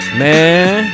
man